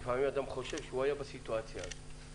שלפעמים אדם חושב שהוא היה בסיטואציה מסוימת.